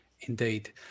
Indeed